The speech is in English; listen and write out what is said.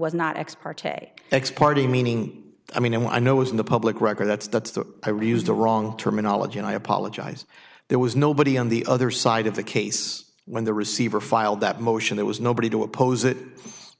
parte ex party meaning i mean what i know is in the public record that's debts that i really used the wrong terminology and i apologize there was nobody on the other side of the case when the receiver filed that motion there was nobody to oppose it